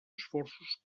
esforços